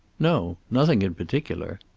no. nothing in particular.